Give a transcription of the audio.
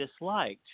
disliked